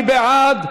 מי בעד?